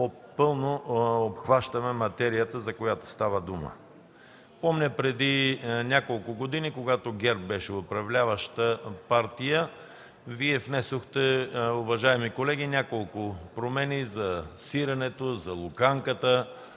по-пълно обхващаме материята, за която става дума. Помня преди няколко години, когато ГЕРБ беше управляваща партия, Вие внесохте, уважаеми колеги, няколко промени за сиренето, за луканката,